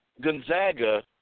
Gonzaga